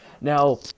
now